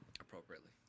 Appropriately